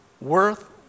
worth